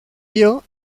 ello